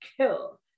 kill